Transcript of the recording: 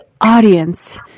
audience